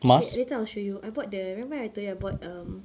okay later I will show you I bought the remember I told you I bought um